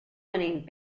winning